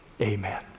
amen